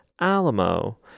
Alamo